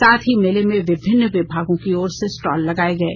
साथ ही मेले में विभिन्न विभागों की ओर से स्टॉल लगाये गये